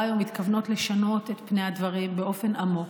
מתכוונות לשנות את פני הדברים באופן עמוק: